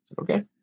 Okay